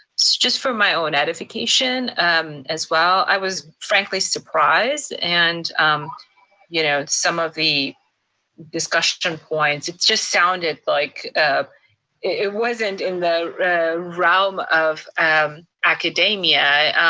just for my own edification as well. i was frankly surprised. and um you know some of the discussion points, it just sounded like it wasn't in the realm of um academia,